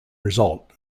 result